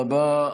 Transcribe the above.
תודה רבה.